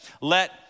Let